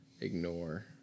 ignore